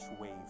wave